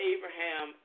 Abraham